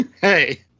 hey